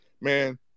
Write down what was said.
Man